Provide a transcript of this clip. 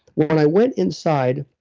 when i went inside,